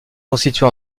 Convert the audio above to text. constitué